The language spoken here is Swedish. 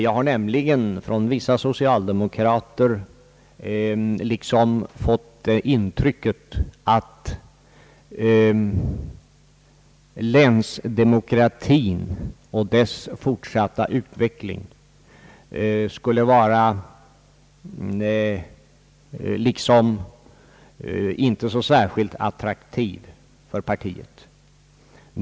Jag har nämligen av vissa socialdemokrater fått det intrycket att länsdemokratin och dess fortsatta utveckling inte skulle vara så särskilt attraktiv för partiet.